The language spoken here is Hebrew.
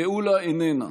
גאולה איננה,